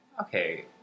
okay